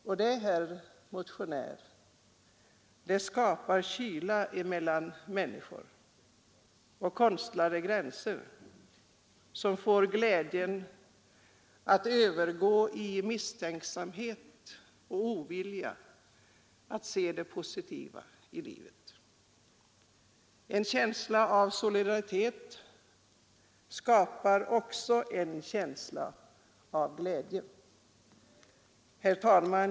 Och det, herr motionär, skapar kyla mellan människor och konstlade gränser, som får glädjen att övergå i misstänksamhet och ovilja att se det positiva i livet. En känsla av solidaritet skapar också en känsla av glädje. Herr talman!